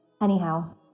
Anyhow